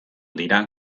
dira